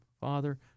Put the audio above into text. Father